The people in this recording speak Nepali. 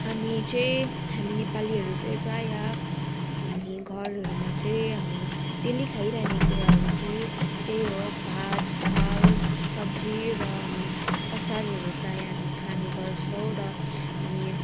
हामी चाहिँ हामी नेपालीहरू चाहिँ प्रायः हामी घरहरूमा चाहिँ हामी डेली खाइरहने कुराहरू चाहिँ त्यही हो भात दाल सब्जी र हामी अचारहरू प्रायः हामी खाने गर्छौँ र हामी